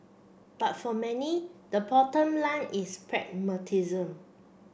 but for many the bottom line is pragmatism